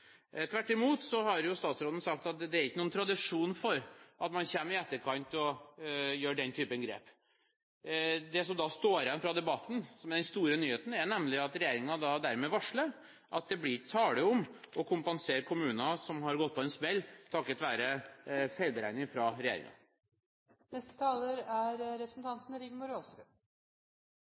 Tvert imot har statsråden sagt at det ikke er noen tradisjon for at man kommer i etterkant og gjør den typen grep. Det som står igjen fra debatten som den store nyheten, er nemlig at regjeringen varsler at det ikke blir tale om å kompensere kommuner som har gått på en smell, takket være feilberegning fra regjeringen. Det var representanten